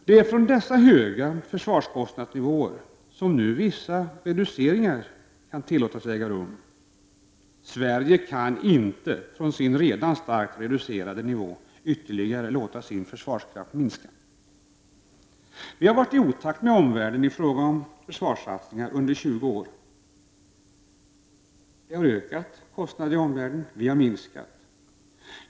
Det är från dessa höga försvarskostnadsnivåer som nu vissa reduceringar kan tillåtas äga rum. Sverige kan inte, från sin redan starkt reducerade nivå, låta sin försvarskraft minska ytterligare. Vi har varit i otakt med omvärlden i fråga om försvarssatsningar under 20 år. Andra länders satsningar har ökat, våra har minskat.